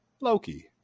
Loki